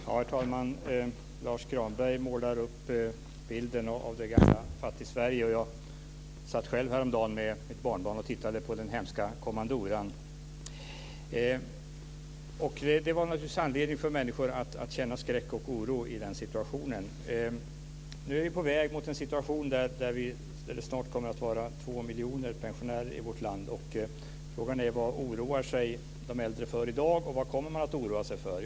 Herr talman! Lars Granberg målar upp bilden av det gamla Fattigsverige. Jag satt själv häromdagen med ett barnbarn och tittade på den hemska kommandoran. Det fanns naturligtvis anledning för människor att känna skräck och oro i den situationen. Nu är vi på väg mot en situation när det snart kommer att vara två miljoner pensionärer i vårt land. Frågan är: Vad oroar sig de äldre för i dag, och vad kommer man att oroa sig för?